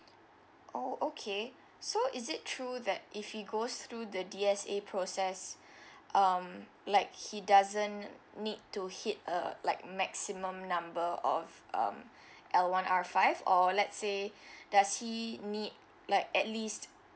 oh okay so is it true that if she goes through the D_S_A process um like he doesn't need to hit uh like maximum number of um L one R five or let's say does he need like at least